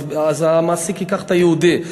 אז המעסיק ייקח את היהודי.